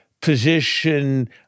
position